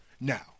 Now